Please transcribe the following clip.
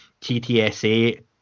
TTSA